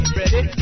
ready